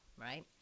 right